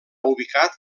ubicat